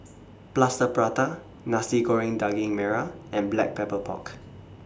Plaster Prata Nasi Goreng Daging Merah and Black Pepper Pork